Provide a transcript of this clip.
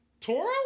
Toro